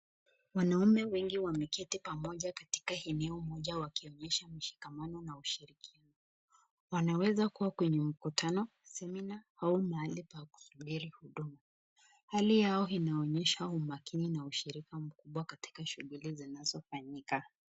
Wanaume wengi wameketi pamoja katika eneo moa wakionyesha mshikamano na ushirikiano, wanaweza kuwa kwenye mkutano, semina au mahali pa kusubiri huduma. Hali yao inaonyesha umakini na ushirika mkubwa katika shuguli zinazofanyika.